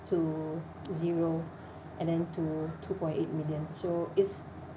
to zero and then to two point eight million so it's